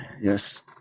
Yes